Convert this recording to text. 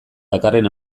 dakarren